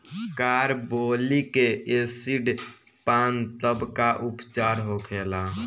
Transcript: Carbolic acid पान तब का उपचार होखेला?